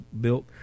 built